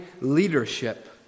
leadership